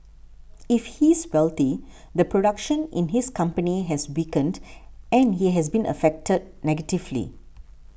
if he's wealthy the production in his company has weakened and he has been affected negatively